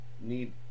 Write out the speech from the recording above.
need